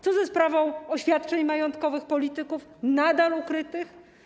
Co ze sprawą oświadczeń majątkowych polityków, nadal ukrytych?